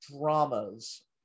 dramas